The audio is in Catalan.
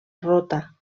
rota